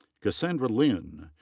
cassandra lind.